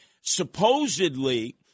supposedly